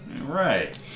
Right